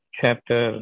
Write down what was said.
chapter